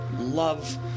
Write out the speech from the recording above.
love